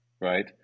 right